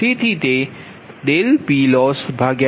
તેથી તેPLossPgi2j1mBijPgjહશે